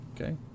Okay